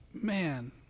man